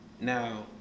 now